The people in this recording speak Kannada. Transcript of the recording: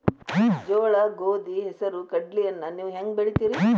ಜೋಳ, ಗೋಧಿ, ಹೆಸರು, ಕಡ್ಲಿಯನ್ನ ನೇವು ಹೆಂಗ್ ಬೆಳಿತಿರಿ?